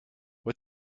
what